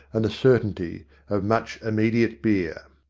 and the certainty of much immediate beer.